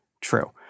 true